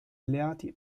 alleati